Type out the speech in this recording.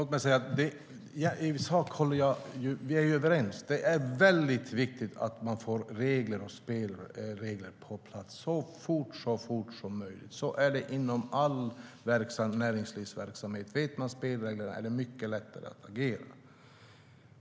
Herr talman! I sak är vi överens. Det är väldigt viktigt att man får regler och spelregler på plats så fort som möjligt. Så är det inom all näringslivsverksamhet. Vet man spelreglerna är det mycket lättare att agera.